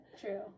True